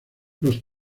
los